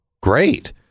great